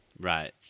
Right